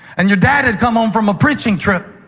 and your dad had come home from a preaching trip,